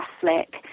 Catholic